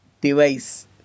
device